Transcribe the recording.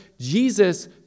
Jesus